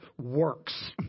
works